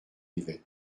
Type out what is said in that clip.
yvette